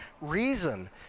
reason